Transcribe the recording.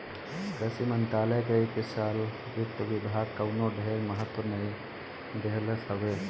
कृषि मंत्रालय के इ साल वित्त विभाग कवनो ढेर महत्व नाइ देहलस हवे